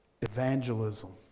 evangelism